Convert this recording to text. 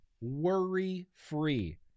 Worry-free